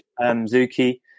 zuki